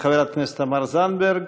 חברת הכנסת תמר זנדברג,